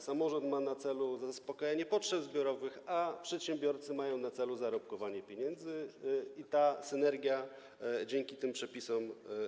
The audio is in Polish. Samorząd ma na celu zaspokajanie potrzeb zbiorowych, a przedsiębiorcy mają na celu zarobkowanie i ta synergia spotka się dzięki tym przepisom.